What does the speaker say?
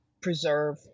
preserve